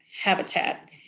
habitat